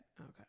Okay